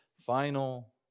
final